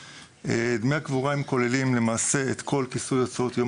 דמי הקבורה כוללים את כל כיסוי הוצאות יום